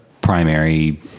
primary –